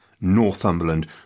Northumberland